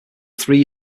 three